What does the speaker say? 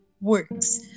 works